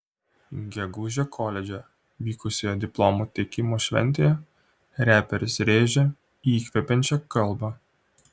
gegužę koledže vykusioje diplomų teikimo šventėje reperis rėžė įkvepiančią kalbą